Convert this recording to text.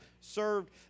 served